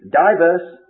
diverse